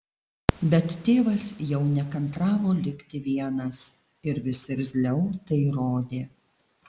bet tėvas jau nekantravo likti vienas ir vis irzliau tai rodė